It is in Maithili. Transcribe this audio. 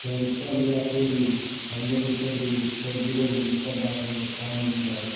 फेर उपर लेयर कयली हैण्डिल उठेली फेर गिरेली तब जाके ओइमे सँ पानि निकलल